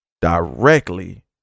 Directly